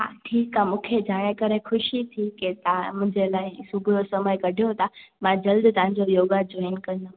ठीकु आहे मूंखे ॼाणे करे ख़ुशी थी की तव्हां मुंहिंजे लाइ सुबुह समय कढो था मां जल्द तव्हांजो योगा जोइन कंदमि